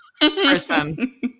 person